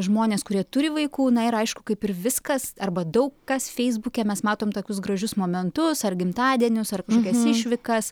žmonės kurie turi vaikų na ir aišku kaip ir viskas arba daug kas feisbuke mes matom tokius gražius momentus ar gimtadienius ar kažkokias išvykas